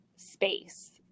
space